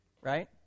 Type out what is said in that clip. right